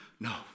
No